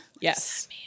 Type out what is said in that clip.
Yes